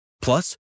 Plus